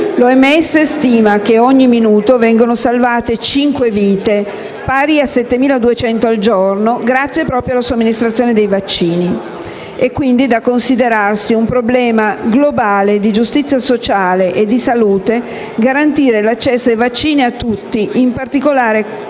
L'OMS stima che ogni minuto vengono salvate cinque vite, pari a 7.200 vite al giorno, grazie proprio alla somministrazione dei vaccini. Quindi, è da considerarsi un problema globale di giustizia sociale e di salute garantire l'accesso ai vaccini a tutti, in particolare